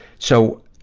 so,